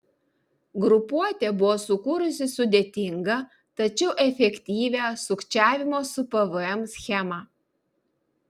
grupuotė buvo sukūrusi sudėtingą tačiau efektyvią sukčiavimo su pvm schemą